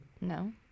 No